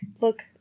Look